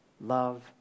love